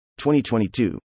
2022